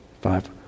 five